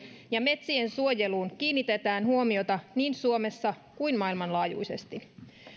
ja metsien suojeluun kiinnitetään huomiota niin suomessa kuin maailmanlaajuisesti